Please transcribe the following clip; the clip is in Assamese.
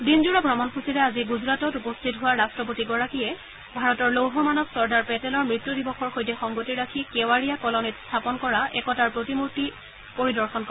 দিনজোৰা ভ্ৰমণ সূচীৰে আজি গুজৰাটত উপস্থিত হোৱা ৰাট্টপতিগৰাকীয়ে ভাৰতৰ লৌহ মানৱ চৰ্দাৰ পেটেলৰ মৃত্যু দিৱসৰ সৈতে সংগতি ৰাখি কেৱাডিয়া কলনীত স্থাপন কৰা একতাৰ প্ৰতিমূৰ্তি পৰিদৰ্শন কৰে